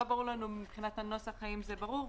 ברור לנו מבחינת הנוסח האם זה ברור,